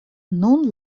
nun